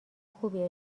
خوبی